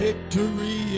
Victory